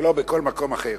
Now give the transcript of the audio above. ולא בכל מקום אחר.